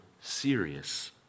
serious